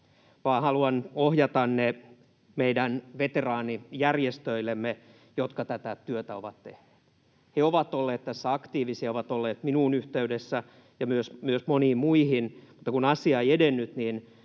haluan ohjata ne meidän veteraanijärjestöillemme, jotka tätä työtä ovat tehneet. He ovat olleet tässä aktiivisia, ovat olleet minuun yhteydessä ja myös moniin muihin, mutta kun asia ei edennyt, niin